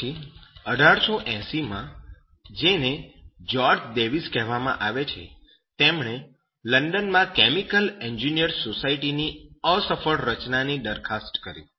તે પછી 1880 માં જેને જ્યોર્જ ડેવિસ કહેવામાં આવે છે તેમણે લંડન માં કેમિકલ એન્જિનિયર્સ સોસાયટી ની અસફળ રચનાની દરખાસ્ત કરી